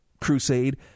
crusade